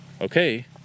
okay